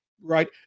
right